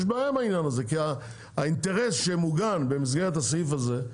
יש בעיה עם העניין הזה כי האינטרס שמעוגן במסגרת הסעיף הזה,